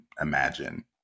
imagine